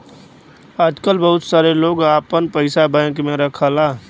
आजकल बहुत सारे लोग आपन पइसा बैंक में रखला